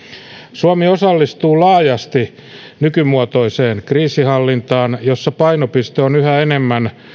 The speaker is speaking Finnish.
suomi osallistuu laajasti nykymuotoiseen kriisinhallintaan jossa painopiste on yhä enemmän